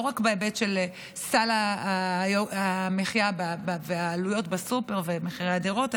לא רק בהיבט של סל המחיה והעלויות בסופר ומחירי הדירות,